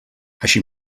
així